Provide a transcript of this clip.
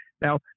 Now